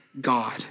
God